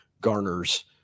garners